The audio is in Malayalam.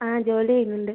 ആ ജോലി ചെയ്യുന്നുണ്ട്